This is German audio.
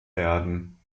werden